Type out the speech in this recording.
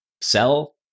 sell